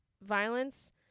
violence